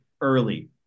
early –